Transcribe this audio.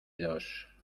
dos